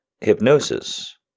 Hypnosis